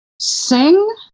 sing